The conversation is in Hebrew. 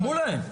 להם.